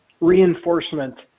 reinforcement